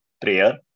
prayer